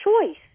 choice